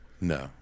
No